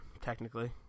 technically